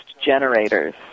generators